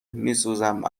میسوزم